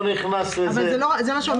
אני לא נכנס לזה.